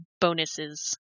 bonuses